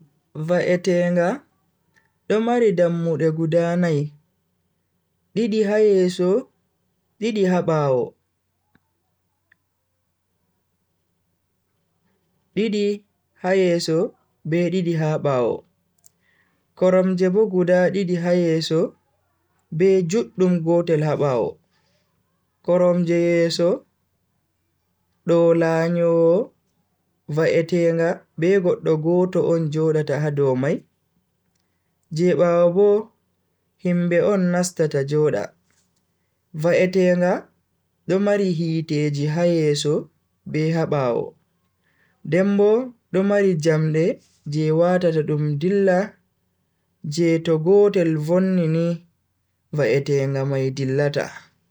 Va'etenga do mari dammude guda nai, didi ha yeso, didi ha bawo. kosde guda nai, didi ha yeso be didi ha bawo, koromje bo guda didi ha yeso be juddum gotel ha bawo. koromje yeso do lanyowo va'etenga be goddo goto on jodata ha dow mai, je bawo Bo himbe on nastata joda. va'etenga do mari hiteji ha yeso be ha bawo den bo do mari jamde je watata dum dilla je to gotel vonni ni va'etenga mai dillata.